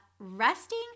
resting